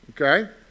Okay